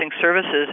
services